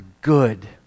good